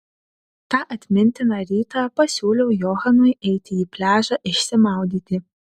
tą atmintiną rytą pasiūliau johanui eiti į pliažą išsimaudyti